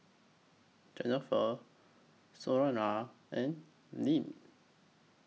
Jennifer Senora and Lynne